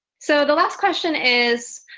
so the last question is,